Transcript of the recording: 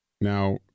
Now